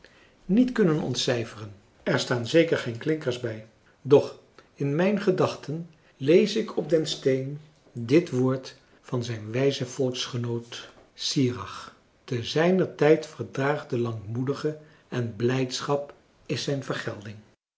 kennissen kunnen ontcijferen er staan zeker geen klinkers bij doch in mijn gedachten lees ik op den steen dit woord van zijn wijzen volksgenoot sirach te zijner tijd verdraagt de lankmoedige en blijdschap is zijn vergelding